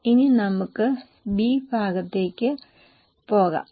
ഇനി നമുക്ക് ബി ഭാഗത്തേക്ക് പോകാം